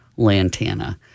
Lantana